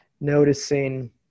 noticing